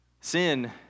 sin